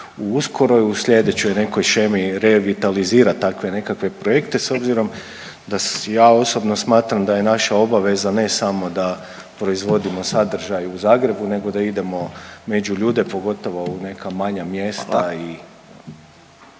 uskoro i u sljedećoj nekoj shemi revitalizirati takve nekakve projekte. S obzirom da ja osobno smatram da je naša obaveza ne samo da proizvodimo sadržaj u Zagrebu, nego da idemo među ljude pogotovo u neka manja mjesta.